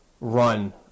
run